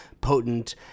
potent